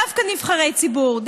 דווקא נבחרי ציבור,